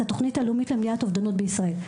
התוכנית הלאומית למניעת אובדנות בישראל,